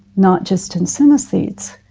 not just in synesthetes.